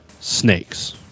snakes